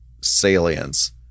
salience